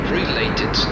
related